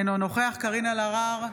אינו נוכח קארין אלהרר,